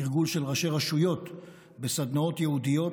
תרגול של ראשי רשויות בסדנאות ייעודיות